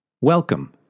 Welcome